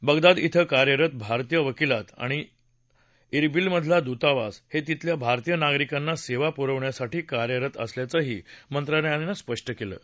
Baghdad ॐ कार्यरत भारतीय वकीलात आणि उंबिलमधला दूतावास हे तिथल्या भारतीय नागरिकांना सेवा पुरवण्यासाठी कार्यरत असल्याचंही मंत्रालयानं म्हटलं आहे